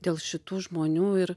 dėl šitų žmonių ir